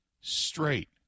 straight